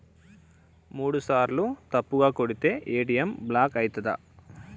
మూడుసార్ల తప్పుగా కొడితే ఏ.టి.ఎమ్ బ్లాక్ ఐతదా?